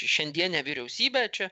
šiandienė vyriausybė čia